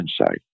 insight